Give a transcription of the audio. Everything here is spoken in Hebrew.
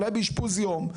אולי באשפוז יום,